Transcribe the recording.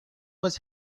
was